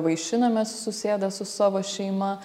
vaišinamės susėdę su savo šeima